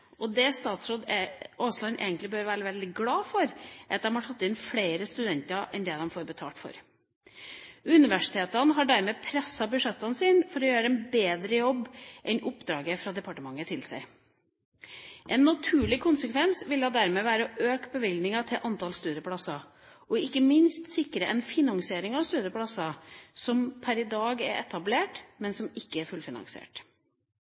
og det som statsråd Aasland egentlig bør være veldig glad for, er at de har tatt inn flere studenter enn det de får betalt for. Universitetene har dermed presset budsjettene sine for å gjøre en bedre jobb enn oppdraget fra departementet tilsier. En naturlig konsekvens ville dermed være å øke bevilgningen til antall studieplasser, og ikke minst sikre en finansiering av studieplasser som per i dag er etablert, men som ikke er fullfinansiert.